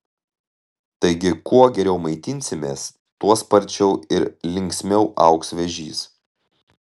taigi kuo geriau maitinsimės tuo sparčiau ir linksmiau augs vėžys